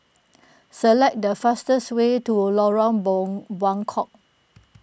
select the fastest way to Lorong boom Buangkok